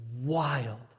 wild